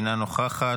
אינה נוכחת,